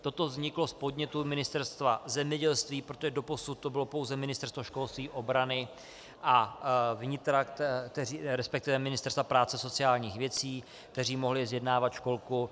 Toto vzniklo z podnětu Ministerstva zemědělství, protože doposud to byla pouze ministerstva školství, obrany a vnitra, resp. ministerstva práce sociálních věcí, která mohli zjednávat školku.